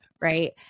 right